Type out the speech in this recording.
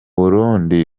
burundi